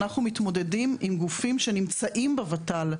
אנחנו מתמודדים עם גופים שנמצאים בות"ל.